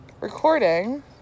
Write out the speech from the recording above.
recording